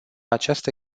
această